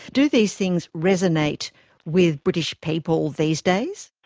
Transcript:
do these things resonate with british people these days?